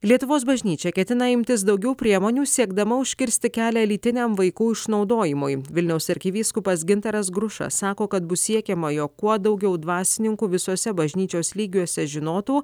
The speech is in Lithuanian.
lietuvos bažnyčia ketina imtis daugiau priemonių siekdama užkirsti kelią lytiniam vaikų išnaudojimui vilniaus arkivyskupas gintaras grušas sako kad bus siekiama jog kuo daugiau dvasininkų visose bažnyčios lygiuose žinotų